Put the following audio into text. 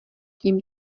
tím